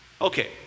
Okay